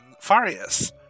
Farius